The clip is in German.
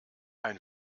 ein